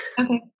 Okay